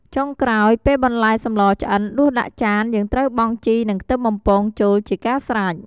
ចុងក្រោយ ពេលបន្លែសម្លឆ្អិនដួសដាក់ចាន យើងត្រូវបង់ជីនិងខ្ទឹមបំពងចូលជាការស្រេច។